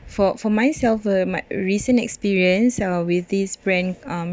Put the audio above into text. for for myself uh my recent experience uh with this brand um